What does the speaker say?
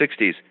60s